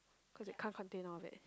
cause it can't contain all of it